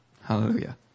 Hallelujah